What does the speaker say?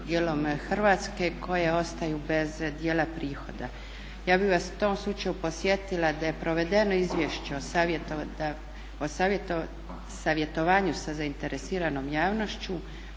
Hrvatske koje ostaju bez djela prihoda. Ja bi vas u tom slučaju podsjetila da je provedeno izvješće o savjetovanju sa zainteresiranom javnošću